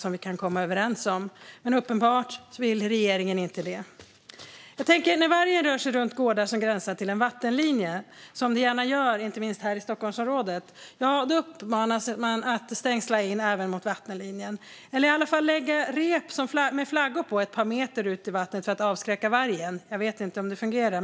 Men uppenbarligen vill regeringen inte det. När vargar rör sig runt gårdar som gränsar till en vattenlinje, som de gärna gör, inte minst här i Stockholmsområdet, uppmanas man att stängsla in även mot vattenlinjen eller i alla fall lägga rep med flaggor på ett par meter ut i vattnet för att avskräcka vargen. Jag vet inte om det fungerar.